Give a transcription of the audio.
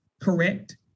correct